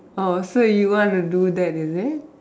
orh so you want to do that is it